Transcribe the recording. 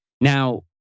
now